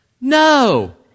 No